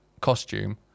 costume